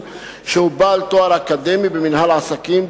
שהוא בעל תואר אקדמי במינהל עסקים,